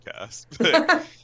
podcast